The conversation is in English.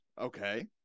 Okay